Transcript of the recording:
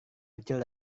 kecil